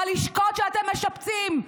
בלשכות שאתה משפצים,